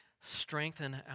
strengthen